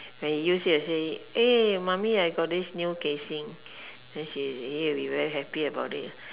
when he use it he will say eh mummy I got this new casing then he he will be very happy about it